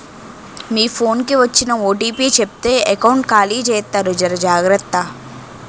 మీ phone కి వచ్చిన OTP చెప్తే ఎకౌంట్ ఖాళీ జెత్తారు జర జాగ్రత్త